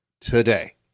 today